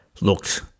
looked